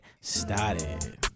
started